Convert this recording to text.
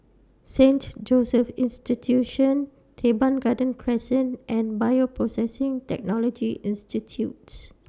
Saint Joseph's Institution Teban Garden Crescent and Bioprocessing Technology Institutes